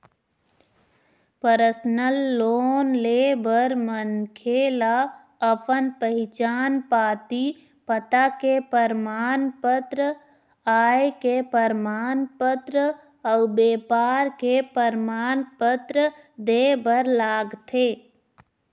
personal loan ले बर मनखे ल अपन पहिचान पाती, पता के परमान पत्र, आय के परमान पत्र अउ बेपार के परमान पत्र दे बर लागथे